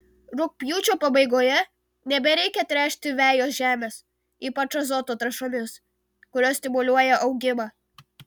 rugpjūčio pabaigoje nebereikia tręšti vejos žemės ypač azoto trąšomis kurios stimuliuoja augimą